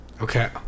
okay